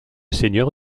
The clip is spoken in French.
seigneur